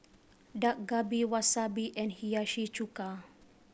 Dak Galbi Wasabi and Hiyashi Chuka